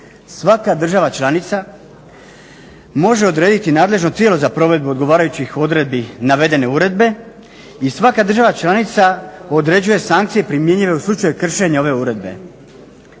Svaka država članica može odrediti nadležno tijelo za provedbu odgovarajućih odredbi navedene uredbe i svaka država članica određuje sankcije primjenjive u slučaju kršenja ove uredbe.